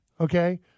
okay